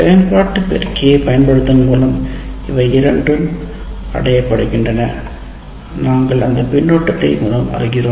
செயல்பாட்டு பெருக்கியைப் பயன்படுத்துவதன் மூலம் இவை இரண்டும் அடையப்படுகின்றன நாங்கள் அதை பின்னூட்டத்தின் மூலம் அடைகிறோம்